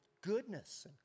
goodness